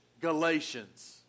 Galatians